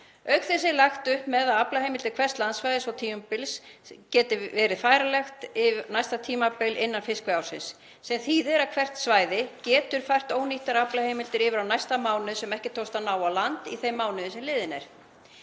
Auk þess er lagt upp með að aflaheimildir hvers landsvæðis og tímabils geti verið færanlegar yfir næsta tímabil innan fiskveiðiársins sem þýðir að hvert svæði getur fært ónýttar aflaheimildir yfir á næsta mánuð sem ekki tókst að ná á land í þeim mánuði sem liðinn er.